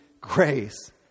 grace